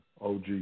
OG